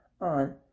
on